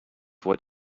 what